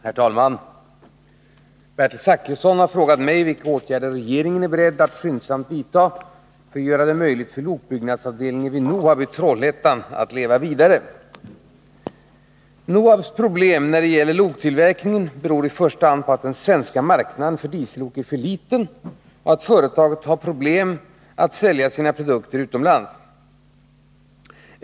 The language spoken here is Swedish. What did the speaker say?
Herr talman! Bertil Zachrisson har frågat mig vilka åtgärder regeringen är beredd att skyndsamt vidta för att göra det möjligt för lokbyggnadsavdelningen vid NOHAB i Trollhättan att leva vidare. NOHAB:s problem när det gäller loktillverkningen beror i första hand på att den svenska marknaden för diesellok är för liten och att företaget har problem att sälja sina produkter utomlands.